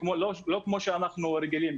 לא כמו שאנחנו רגילים,